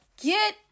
get